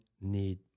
need